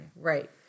Right